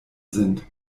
sind